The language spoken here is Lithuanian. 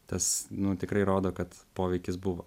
tas nu tikrai rodo kad poveikis buvo